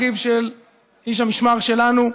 אחיו של איש המשמר שלנו,